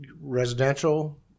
residential